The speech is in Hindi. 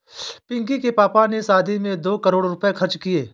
पिंकी के पापा ने शादी में दो करोड़ रुपए खर्च किए